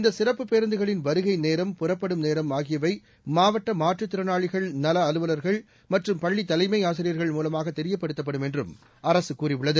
இந்த சிறப்பு பேருந்துகளின் வருகை நேரம் புறப்படும் நேரம் ஆகியவை மாவட்ட மாற்றுத்திறனாளிகள் நல அலுவல்கள் மற்றும் பள்ளி தலைமை முலமாக தெரியப்படுத்தப்படும் என்றும் அரசு கூறியுள்ளது